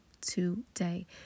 today